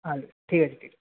আচ্ছা ঠিক আছে ঠিক আছে